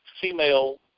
female